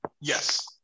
Yes